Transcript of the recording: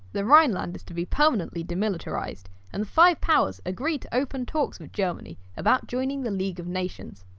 the rhineland is to be permanently demilitarised and five powers agreed open talks with germany about joining the league of nations.